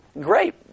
great